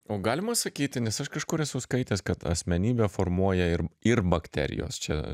o galima sakyti nes aš kažkur esu skaitęs kad asmenybę formuoja ir ir bakterijos čia